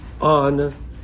on